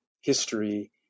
history